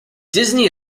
disney